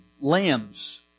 lambs